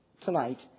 tonight